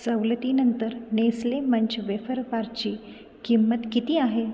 सवलतीनंतर Nestle munch wafer बारची किंमत किती आहे